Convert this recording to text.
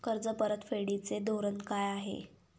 कर्ज परतफेडीचे धोरण काय आहे?